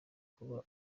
kuba